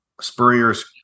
Spurrier's